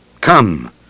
Come